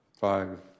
five